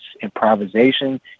improvisation